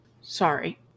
Sorry